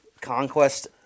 Conquest